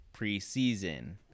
preseason